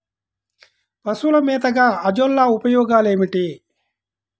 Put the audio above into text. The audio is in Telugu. పశువుల మేతగా అజొల్ల ఉపయోగాలు ఏమిటి?